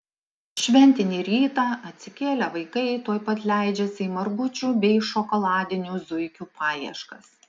šventinį rytą atsikėlę vaikai tuoj pat leidžiasi į margučių bei šokoladinių zuikių paieškas